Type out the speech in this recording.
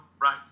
right